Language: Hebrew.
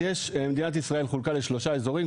אז מדינת ישראל חולקה לשלושה אזורים,